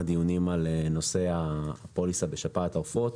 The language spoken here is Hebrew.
דיונים על נושא הפוליסה בשפעת העופות.